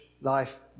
life